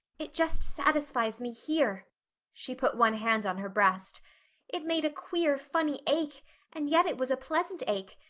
it just satisfies me here she put one hand on her breast it made a queer funny ache and yet it was a pleasant ache.